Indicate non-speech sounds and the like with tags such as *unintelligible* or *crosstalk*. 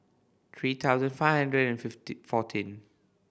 three thousand five hundred and *unintelligible* fourteen